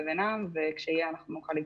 כמו שאנחנו רואים,